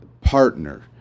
partner